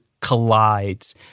collides